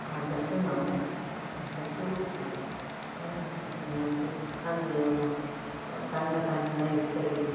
ಅದಕ್ಕೂ ನಾವು ಕೆಲಸಕ್ಕೆ ಹೋಗ್ತೇವೆ ಮಳೆಗಾಲದಲ್ಲಿ ಮತ್ತೆ ಅದು ತಂಡ ತಂಡ ಇರ್ತದೆ